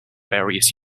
various